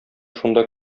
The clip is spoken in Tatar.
шунда